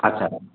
ଆଚ୍ଛା